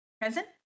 Present